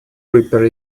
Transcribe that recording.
reaper